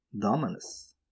Dominus